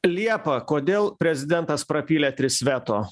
liepa kodėl prezidentas prapylė tris veto